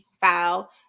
file